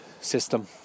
system